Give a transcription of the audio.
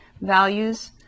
values